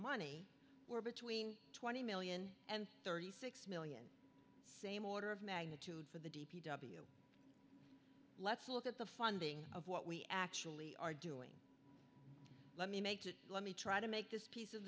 money we're between twenty million and thirty six million same order of magnitude for the d p w let's look at the funding of what we actually are doing let me make it let me try to make this piece of